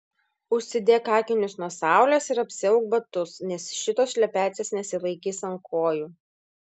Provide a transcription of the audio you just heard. užsidėk akinius nuo saulės ir apsiauk batus nes šitos šlepetės nesilaikys ant kojų